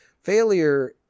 Failure